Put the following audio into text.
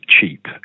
cheap